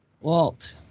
Walt